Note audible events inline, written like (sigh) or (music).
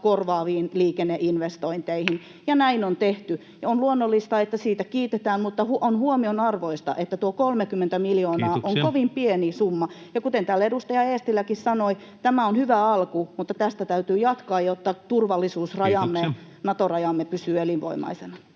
korvaaviin liikenneinvestointeihin, (noise) ja näin on tehty. Ja on luonnollista, että siitä kiitetään, mutta on huomionarvoista, että tuo 30 miljoonaa [Puhemies: Kiitoksia!] on kovin pieni summa. Ja kuten täällä edustaja Eestiläkin sanoi, tämä on hyvä alku, mutta tästä täytyy jatkaa, jotta turvallisuusrajamme, Nato-rajamme, pysyy elinvoimaisena.